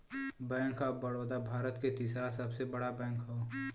bank of Baroda Bharat के तीसरा सबसे बड़ा बैंक हौ